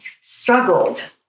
struggled